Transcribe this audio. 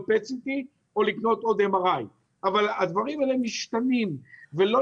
PET CT או לקנות עוד MRI. הדברים האלה משתנים ולא